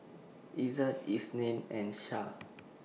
Izzat Isnin and Syah